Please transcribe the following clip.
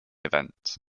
event